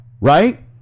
right